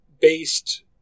based